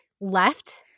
left